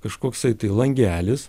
kažkoks tai tai langelis